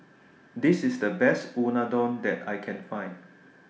This IS The Best Unadon that I Can Find